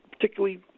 particularly